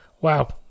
Wow